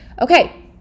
Okay